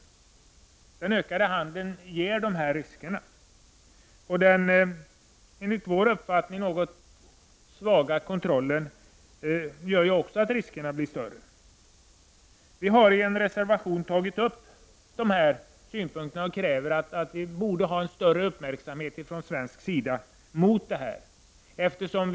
Den ökade handeln ger dessa risker. Den enligt vår uppfattning något svaga kontrollen gör också att riskerna blir större. Vi har i en reservation tagit upp dessa synpunkter och krävt större uppmärksamhet från svensk sida på den här situationen.